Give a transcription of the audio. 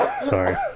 sorry